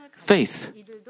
faith